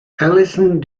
allison